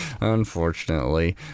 unfortunately